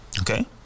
Okay